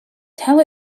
tell